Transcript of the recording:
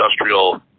industrial